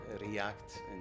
react